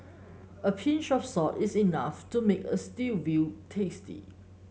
a pinch of salt is enough to make a stew veal tasty